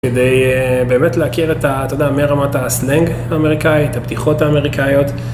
כדי באמת להכיר את ה... אתה יודע, מרמת הסלאנג האמריקאית, הבדיחות האמריקאיות...